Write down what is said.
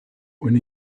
when